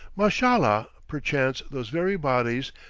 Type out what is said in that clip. mashallah. perchance those very bodies,